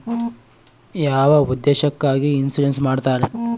ಯಾವ ಉದ್ದೇಶಕ್ಕಾಗಿ ಇನ್ಸುರೆನ್ಸ್ ಮಾಡ್ತಾರೆ?